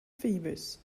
fevers